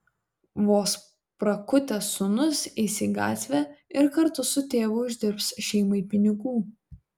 vos prakutęs sūnus eis į gatvę ir kartu su tėvu uždirbs šeimai pinigų